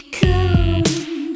come